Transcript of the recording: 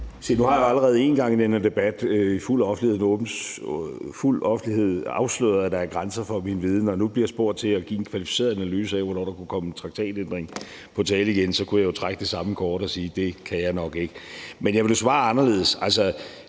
nu har jeg jo allerede én gang i den her debat i fuld offentlighed afsløret, at der er grænser for min viden. Og når jeg nu bliver spurgt til at give en kvalificeret analyse af, hvornår der kunne komme en traktatændring på tale igen, så kunne jeg jo trække det samme kort og sige: Det kan jeg nok ikke. Men jeg vil nu svare anderledes.